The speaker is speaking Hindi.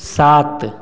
सात